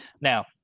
Now